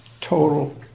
total